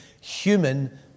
human